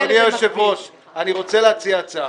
אדוני היושב-ראש, אני רוצה להציע הצעה.